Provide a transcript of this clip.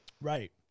Right